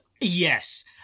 Yes